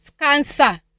cancer